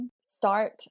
start